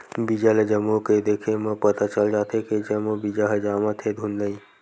बीजा ल जमो के देखे म पता चल जाथे के जम्मो बीजा ह जामत हे धुन नइ